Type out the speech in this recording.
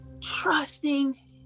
trusting